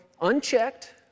unchecked